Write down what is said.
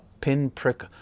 pinprick